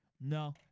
no